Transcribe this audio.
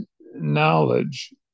knowledge